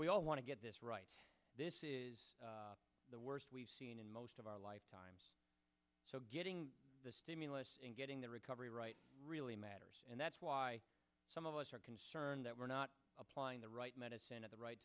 we all want to get this right this is the worst we've seen in most of our lifetimes so getting the stimulus and getting the recovery right really matters and that's why some of us are concerned that we're not applying the right medicine at the right